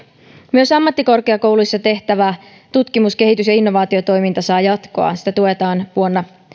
myös ammattikorkeakouluissa tehtävä tutkimus kehitys ja innovaatiotoiminta saa jatkoa sitä tuetaan vuonna